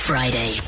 Friday